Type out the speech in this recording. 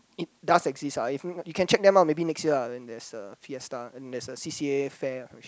it does exist ah you can you check them out maybe next year ah when there's a fiesta and there's A C_C_A fair I'm not sure